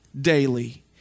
daily